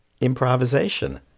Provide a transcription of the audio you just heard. improvisation